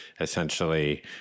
essentially